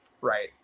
right